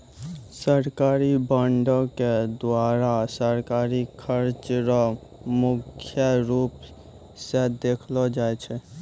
सरकारी बॉंडों के द्वारा सरकारी खर्चा रो मुख्य रूप स देखलो जाय छै